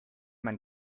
man